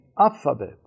alphabet